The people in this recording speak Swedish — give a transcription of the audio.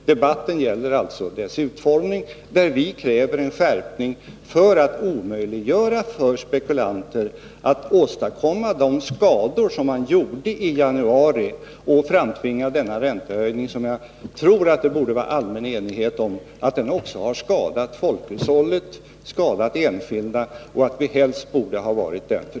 Debatten gäller alltså dess utformning, där vi kräver en skärpning för att omöjliggöra för spekulanter att åstadkomma sådana skador som de åstadkom i januari, då de framtvingade den räntehöjning som jag tror att det råder allmän enighet om att den har skadat folkhushållet och enskilda och att vi helst borde ha varit utan den.